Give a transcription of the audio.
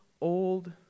old